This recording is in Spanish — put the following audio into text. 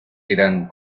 eran